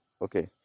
Okay